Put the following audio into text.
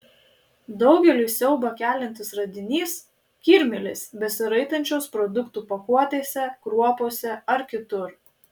daugeliui siaubą keliantis radinys kirmėlės besiraitančios produktų pakuotėse kruopose ar kitur